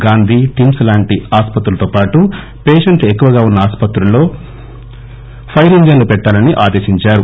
Gandhi TIMS లాంటి ఆసుపత్రులతో పాటు పేషంట్లు ఎక్కువ ఉన్న ఆసుపత్రుల్లో పైర్ ఇంజన్లు పెట్టాలని ఆదేశించారు